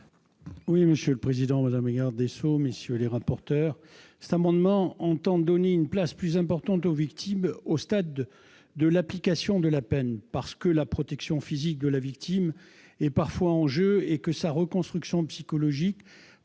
ainsi libellé : La parole est à M. Henri Leroy. Cet amendement vise à donner une place plus importante aux victimes au stade de l'application de la peine. Parce que la protection physique de la victime est parfois en jeu et que sa reconstruction psychologique